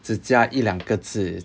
只加一两个字